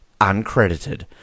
uncredited